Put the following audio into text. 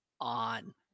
on